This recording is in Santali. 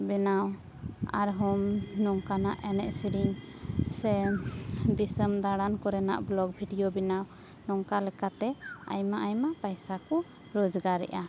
ᱵᱮᱱᱟᱣ ᱟᱨᱦᱚᱸ ᱱᱚᱝᱠᱟᱱᱟᱜ ᱮᱱᱮᱡ ᱥᱮᱨᱮᱧ ᱥᱮ ᱫᱤᱥᱚᱢ ᱫᱟᱲᱟᱱ ᱠᱚᱨᱮᱱᱟᱜ ᱵᱚᱞᱚᱠ ᱵᱷᱤᱰᱤᱭᱳ ᱵᱮᱱᱟᱣ ᱱᱚᱝᱠᱟ ᱞᱮᱠᱟᱛᱮ ᱟᱭᱢᱟ ᱟᱭᱢᱟ ᱯᱟᱭᱥᱟ ᱠᱚ ᱨᱳᱡᱽᱜᱟᱨᱮᱜᱼᱟ